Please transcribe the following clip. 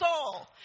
soul